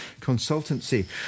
consultancy